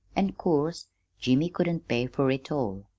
an' course jimmy couldn't pay fer it all,